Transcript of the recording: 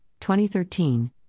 2013